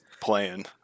playing